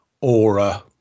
aura